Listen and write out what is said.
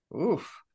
Oof